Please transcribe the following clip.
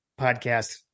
podcast